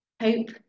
hope